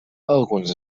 alguns